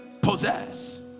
Possess